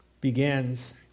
begins